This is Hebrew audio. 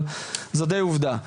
אבל זאת די עובדה.